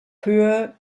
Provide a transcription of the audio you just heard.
höhe